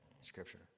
scripture